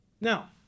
Now